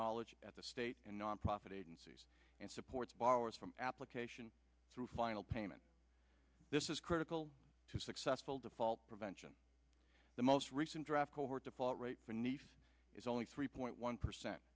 knowledge at the state and nonprofit agencies and supports borrowers from application through final payment this is critical to successful default prevention the most recent draft default rate for nice is only three point one percent